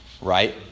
right